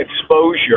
exposure